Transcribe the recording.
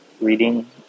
reading